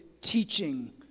teaching